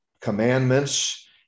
commandments